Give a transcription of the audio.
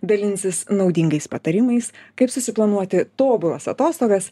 dalinsis naudingais patarimais kaip susiplanuoti tobulas atostogas